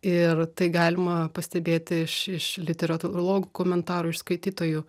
ir tai galima pastebėti iš iš literatūrologų komentarų iš skaitytojų